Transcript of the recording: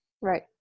Right